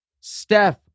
Steph